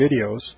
videos